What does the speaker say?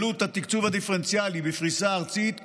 עלות התקצוב הדיפרנציאלי בפריסה ארצית,